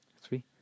three